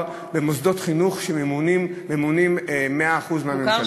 במוסדות חינוך שממומנים ב-100% מהממשלה.